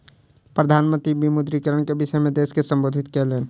प्रधान मंत्री विमुद्रीकरण के विषय में देश के सम्बोधित कयलैन